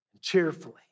cheerfully